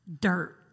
Dirt